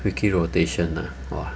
weekly rotation ah !wah!